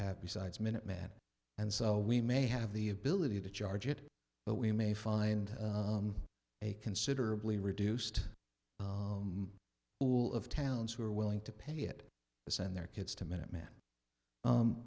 have besides minutemen and so we may have the ability to charge it but we may find a considerably reduced will of towns who are willing to pay it to send their kids to minuteman